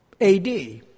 AD